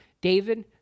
David